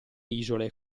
isole